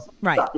right